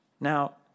Now